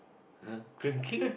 err drinking